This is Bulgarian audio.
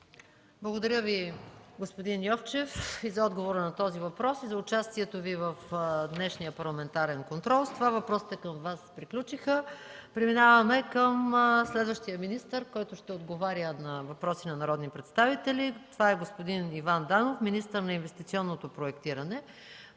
Благодаря Ви, господин Йовчев, и за отговора на този въпрос, и за участието Ви в днешния парламентарен контрол. С това въпросите към Вас приключиха. Преминаваме към следващия министър, който ще отговаря на въпроси на народни представители. Това е господин Иван Данов – министър на инвестиционното проектиране.